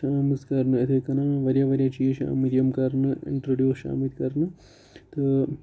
چھِ آمٕژ کَرنہٕ اِتھے کٔنَن واریاہ واریاہ چیٖز چھِ آمٕتۍ یِم کَرنہٕ اِنٹرڈیوٗس چھِ آمٕتۍ کَرنہٕ تہٕ